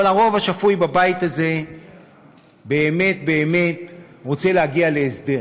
אבל הרוב השפוי בבית הזה באמת באמת רוצה להגיע להסדר,